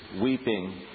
weeping